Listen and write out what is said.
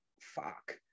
fuck